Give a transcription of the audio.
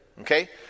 Okay